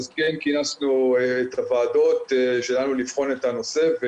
כן כינסנו את הוועדות שלנו לבחון את הנושא.